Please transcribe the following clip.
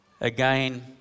Again